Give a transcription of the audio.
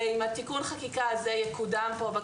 אם תיקון החקיקה הזה יקודם פה,